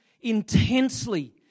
intensely